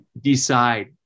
decide